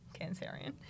Cancerian